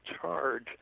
charge